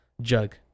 Jug